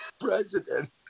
president